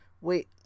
wait